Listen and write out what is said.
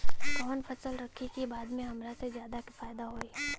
कवन फसल रखी कि बाद में हमरा के ज्यादा फायदा होयी?